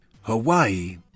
Hawaii